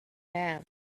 have